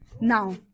Now